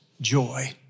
joy